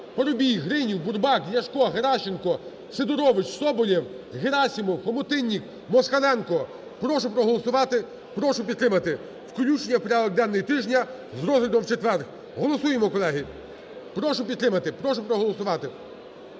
Парубій, Гринів, Бурбак, Ляшко, Геращенко, Сидорович, Соболєв, Герасимов, Хомутиннік, Москаленко. Прошу проголосувати. Прошу підтримати включення в порядок денний тижня з розглядом в четвер. Голосуємо, колеги! Прошу підтримати. Прошу проголосувати.